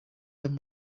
them